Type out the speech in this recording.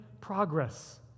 progress